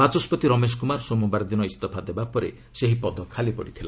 ବାଚସ୍କତି ରମେଶ କୁମାର ସୋମବାର ଦିନ ଇଞ୍ଜଫା ଦେବାପରେ ସେହି ପଦ ଖାଲିପଡ଼ିଥିଲା